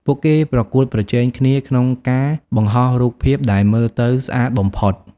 ពួកគេប្រកួតប្រជែងគ្នាក្នុងការបង្ហោះរូបភាពដែលមើលទៅស្អាតបំផុត។